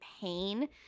pain